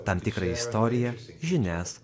tam tikrą istoriją žinias